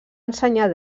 ensenyar